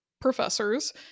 professors